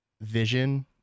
vision